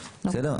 בסדר?